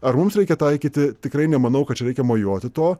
ar mums reikia taikyti tikrai nemanau kad čia reikia mojuoti tuo